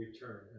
return